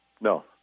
No